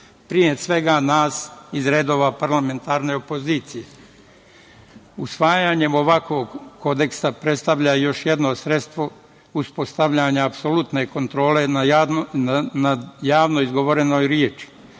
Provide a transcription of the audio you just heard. pre svega nas iz redova parlamentarne opozicije. Usvajanjem ovakvog Kodeksa predstavlja još jedno sredstvo uspostavljanja apsolutne kontrole nad javno izgovorenom reči.